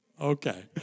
Okay